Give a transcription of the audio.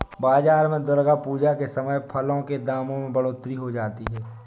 बाजार में दुर्गा पूजा के समय फलों के दामों में बढ़ोतरी हो जाती है